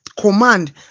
command